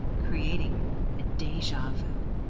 creating a deja vu.